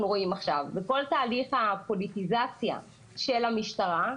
רואים עכשיו וכל תהליך הפוליטיזציה של המשטרה,